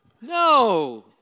no